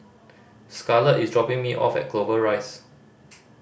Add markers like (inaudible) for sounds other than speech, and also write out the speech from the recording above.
Scarlet is dropping me off at Clover Rise (noise)